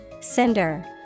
Cinder